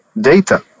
data